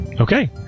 Okay